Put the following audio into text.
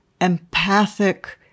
empathic